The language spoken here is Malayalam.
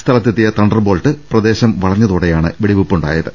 സ്ഥലത്തെ ത്തിയ തണ്ടർബോൾട്ട് പ്രദേശം വളഞ്ഞതോടെയാണ് വെടിവെപ്പുണ്ടാ യത്